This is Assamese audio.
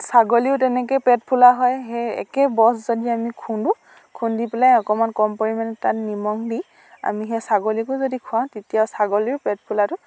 ছাগলীও তেনেকে পেট ফুলা হয় সেই একে বচ যদি আমি খুন্দো খুন্দি পেলাই অকণমান কম পৰিমাণে তাত নিমখ দি আমি সেই ছাগলীকো যদি খুৱাওঁ তেতিয়াও ছাগলীৰ পেট ফুলাতো